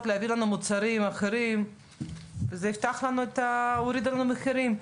להביא לנו מוצרים אחרים וזה יוריד לנו מחירים.